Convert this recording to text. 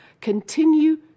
continue